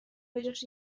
بجاش